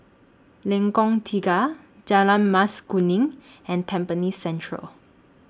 Lengkong Tiga Jalan Mas Kuning and Tampines Central